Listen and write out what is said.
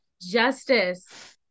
justice